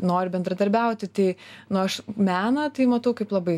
nori bendradarbiauti tai nu aš meną tai matau kaip labai